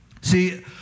See